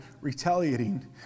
retaliating